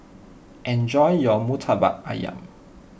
enjoy your Murtabak Ayam